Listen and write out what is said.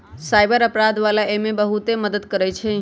cyber अपराध वाला एमे बहुते मदद करई छई